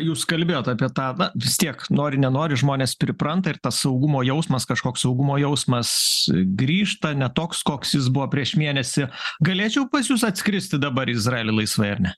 jūs kalbėjot apie tą na vis tiek nori nenori žmonės pripranta ir tas saugumo jausmas kažkoks saugumo jausmas grįžta ne toks koks jis buvo prieš mėnesį galėčiau pas jus atskristi dabar į izraelį laisvai ar ne